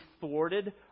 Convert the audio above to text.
thwarted